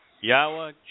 Yahweh